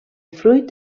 fruit